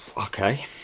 Okay